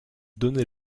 donnez